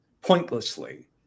pointlessly